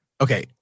okay